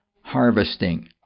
harvesting